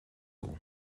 all